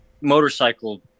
motorcycle